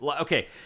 Okay